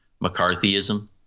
McCarthyism